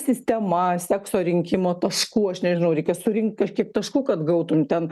sistema sekso rinkimo taškų aš nežinau reikės surinkt kažkiek taškų kad gautum ten